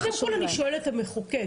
קודם כל אני שואלת את המחוקק.